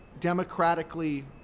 democratically